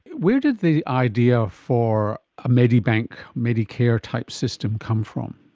where did the idea for a medibank medicare type system come from?